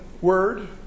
word